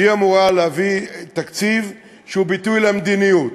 שאמורה להביא תקציב שהוא ביטוי למדיניות.